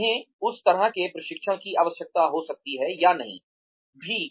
उन्हें उस तरह के प्रशिक्षण की आवश्यकता हो सकती है या नहीं भी